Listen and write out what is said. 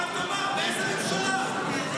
רק תאמר מאיזו ממשלה.